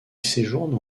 séjourne